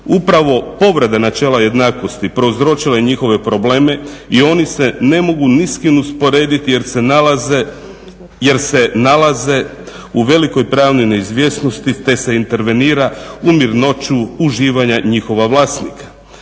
Upravo povrede načela jednakosti prouzročile njihove probleme i oni se ne mogu ni s kim usporediti jer se nalaze u velikoj pravnoj neizvjesnosti te se intervenira u mirnoću uživanja njihova vlasnika.